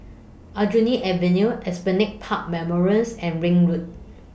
Aljunied Avenue Esplanade Park Memorials and Ring Road